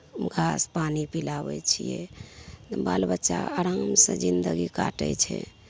घास पानि पिलाबै छिए बाल बच्चा अरामसे जिनगी काटै छै